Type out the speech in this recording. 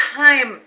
time